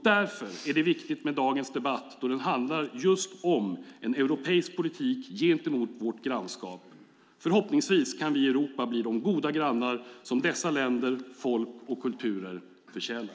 Därför är det viktigt med dagens debatt som handlar just om en europeisk politik gentemot vårt grannskap. Förhoppningsvis kan vi i Europa bli de goda grannar som dessa länder, folk och kulturer förtjänar.